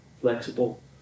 flexible